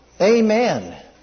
Amen